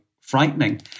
frightening